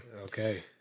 Okay